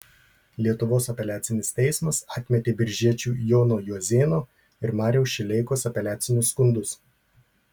lietuvos apeliacinis teismas atmetė biržiečių jono juozėno ir mariaus šileikos apeliacinius skundus